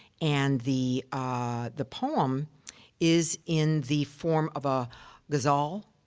and the, ah. the poem is in the form of a ghazal